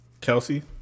Kelsey